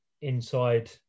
inside